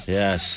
yes